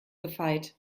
gefeit